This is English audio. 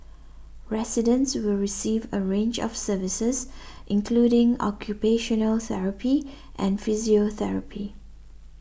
residents will receive a range of services including occupational therapy and physiotherapy